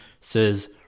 says